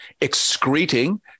excreting